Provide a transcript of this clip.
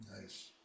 Nice